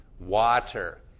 Water